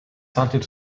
something